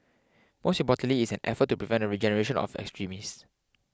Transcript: most importantly it's an effort to prevent a regeneration of extremists